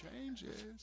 Changes